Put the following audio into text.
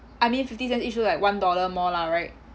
I mean fifty cents each so like one dollar more lah right